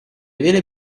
vele